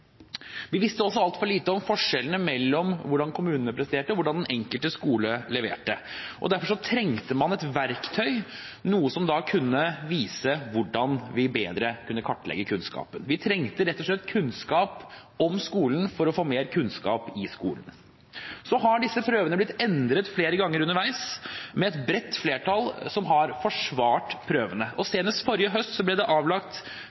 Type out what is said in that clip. Vi visste også altfor lite om forskjellene mellom hvordan kommunene presterte, og hvordan den enkelte skole leverte. Derfor trengte man et verktøy – noe som kunne vise hvordan vi bedre kunne kartlegge kunnskapen. Vi trengte rett og slett kunnskap om skolen for å få mer kunnskap i skolene. Så har disse prøvene blitt endret flere ganger underveis, og et bredt flertall har forsvart prøvene. Senest forrige høst ble det avlagt